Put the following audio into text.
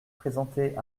présentait